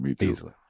easily